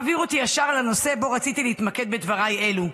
זה מעביר אותי ישר לנושא שבו רציתי להתמקד בדבריי אלה,